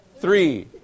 three